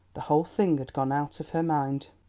the whole thing had gone out of her mind.